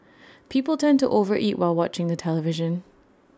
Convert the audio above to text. people tend to over eat while watching the television